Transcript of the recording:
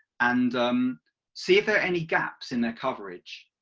and see if there are any gaps in the coverage.